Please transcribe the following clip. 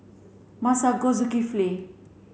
Masagos Zulkifli